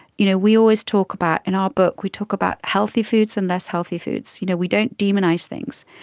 you know, we always talk about, in our book we talk about healthy foods and less healthy foods, you know we don't demonise things,